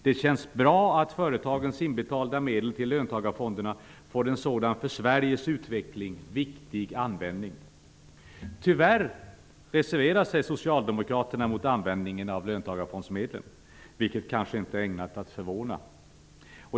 Det känns bra att de medel företagen har betalat in till löntagarfonderna får en sådan för Sveriges utveckling viktig användning. Tyvärr reserverar sig Socialdemokraterna mot användningen av löntagarfondsmedel, vilket kanske inte är ägnat att förvåna.